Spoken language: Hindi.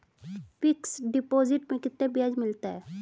फिक्स डिपॉजिट में कितना ब्याज मिलता है?